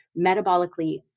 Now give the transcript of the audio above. metabolically